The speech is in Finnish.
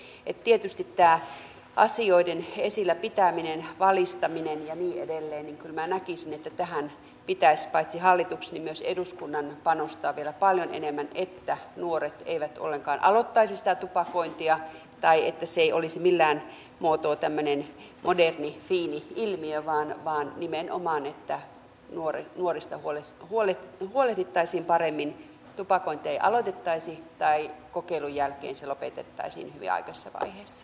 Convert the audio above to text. minä näkisin että tietysti tähän asioiden esillä pitämiseen valistamiseen ja niin edelleen pitäisi paitsi hallituksen niin myös eduskunnan panostaa vielä paljon enemmän että nuoret eivät ollenkaan aloittaisi sitä tupakointia tai että se ei olisi millään muotoa tämmöinen moderni fiini ilmiö vaan nimenomaan että nuorista huolehdittaisiin paremmin tupakointia ei aloitettaisi tai kokeilun jälkeen se lopetettaisiin hyvin aikaisessa vaiheessa